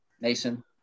Mason